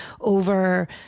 over